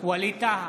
ווליד טאהא,